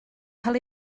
cael